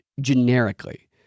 generically